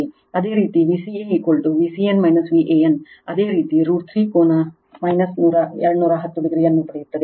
ಅದೇ ರೀತಿ Vca Vcn Van ಅದೇ ರೀತಿ ರೂಟ್ 3 ಕೋನ 210 o ಅನ್ನು ಪಡೆಯುತ್ತದೆ